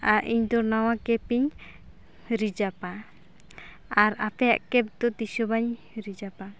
ᱟᱨ ᱤᱧ ᱫᱚ ᱱᱚᱣᱟ ᱠᱮᱯᱤᱧ ᱨᱤᱡᱟᱯᱟ ᱟᱨ ᱟᱯᱮᱭᱟᱜ ᱠᱮᱯ ᱫᱚ ᱛᱤᱥ ᱦᱚᱸ ᱵᱟᱹᱧ ᱨᱤᱡᱟᱯᱟ